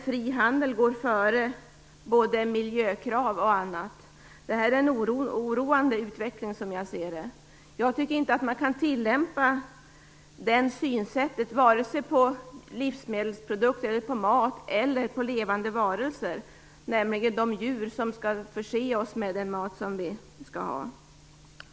Frihandel går före både miljökrav och annat. Detta är en oroande utveckling. Jag tycker inte att man kan tillämpa det synsättet, vare sig på livsmedelsprodukter eller på levande varelser, nämligen de djur som förser oss med den mat vi skall ha.